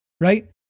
right